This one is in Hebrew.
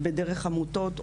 בדרך עמותות,